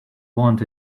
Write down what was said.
want